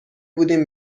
بودیم